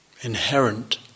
inherent